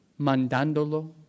mandándolo